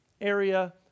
area